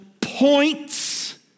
points